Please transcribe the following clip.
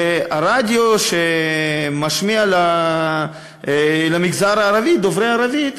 שהרדיו שמשמיע למגזר הערבי,